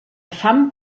fam